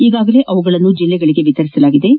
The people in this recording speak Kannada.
ಈಗಾಗಲೇ ಅವುಗಳನ್ನು ಜಿಲ್ಲೆಗಳಿಗೆ ವಿತರಿಸಲಾಗಿದ್ದು